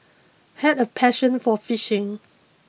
had a passion for fishing